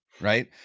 right